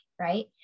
Right